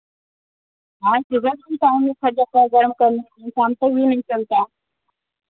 हाँ फट जाता है गरम करने से शाम तक भी नहीं चलता